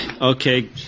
okay